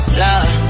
love